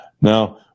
now